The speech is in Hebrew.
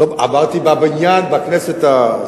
אמרתי, בבניין, בכנסת.